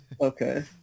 Okay